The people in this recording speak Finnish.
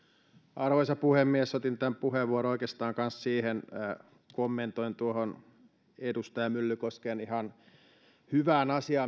arvoisa puhemies otin tämän puheenvuoron oikeastaan kanssa siksi että kommentoin tuota edustaja myllykosken ihan hyvää asiaa